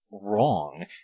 Wrong